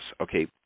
Okay